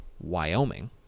Wyoming